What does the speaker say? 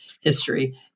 history